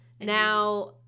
now